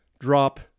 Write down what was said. drop